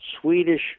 Swedish